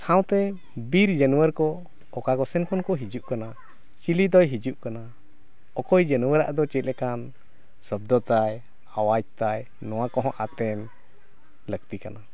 ᱥᱟᱶᱛᱮ ᱵᱤᱨ ᱡᱟᱱᱣᱟᱨ ᱠᱚ ᱚᱠᱟ ᱠᱚᱥᱮᱱ ᱠᱚ ᱦᱩᱡᱩᱜ ᱠᱟᱱᱟ ᱪᱤᱞᱤ ᱫᱚᱭ ᱦᱤᱡᱩᱜ ᱠᱟᱱᱟ ᱚᱠᱚᱭ ᱡᱟᱱᱣᱟᱨᱟᱜ ᱫᱚ ᱪᱮᱫ ᱞᱮᱠᱟᱱ ᱥᱚᱵᱽᱫᱚ ᱛᱟᱭ ᱟᱣᱟᱡᱽ ᱛᱟᱭ ᱱᱚᱣᱟ ᱠᱚᱦᱚᱸ ᱟᱛᱮᱱ ᱞᱟᱹᱠᱛᱤ ᱠᱟᱱᱟ